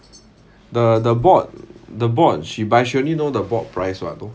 the the board the board she buy she only know the board price